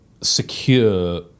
secure